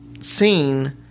seen